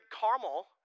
caramel